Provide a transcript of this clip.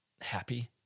happy